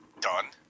done